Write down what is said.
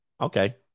Okay